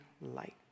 light